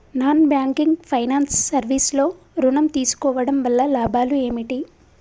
Non banking finance service లో ఋణం తీసుకోవడం వల్ల లాభాలు ఏమిటి?